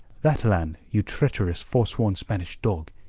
that land, you treacherous, forsworn spanish dog,